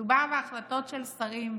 מדובר בהחלטות של שרים,